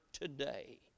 today